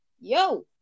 Yo